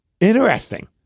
Interesting